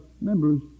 members